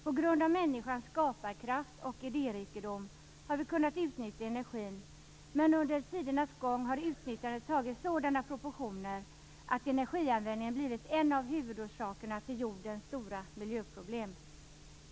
På grund av människans skaparkraft och idérikedom har vi kunnat utnyttja energin, men under tidernas gång har utnyttjandet tagit sådana proportioner att energianvändningen blivit en av huvudorsakerna till jordens stora miljöproblem.